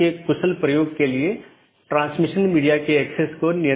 तीसरा वैकल्पिक सकर्मक है जो कि हर BGP कार्यान्वयन के लिए आवश्यक नहीं है